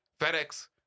FedEx